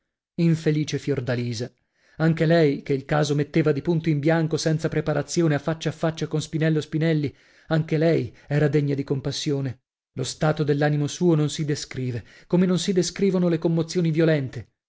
infelice fiordalisa anche lei che il caso metteva di punto in bianco senza preparazione a faccia a faccia con spinello spinelli anche lei era degna di compassione lo stato dell'animo suo non si descrive come non si descrivono le commozioni violente